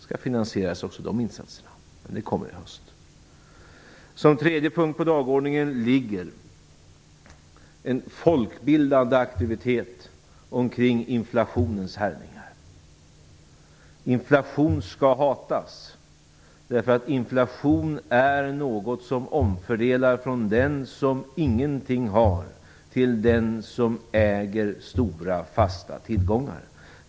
Också de insatserna skall finansieras, men det kommer i höst. Som tredje punkt på dagordningen ligger en folkbildande aktivitet omkring inflationens härjningar. Inflation skall hatas, därför att inflation är något som omfördelar från den som ingenting har till den som äger stora fasta tillgångar.